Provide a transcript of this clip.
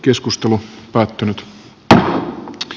keskustelu päättynyt y t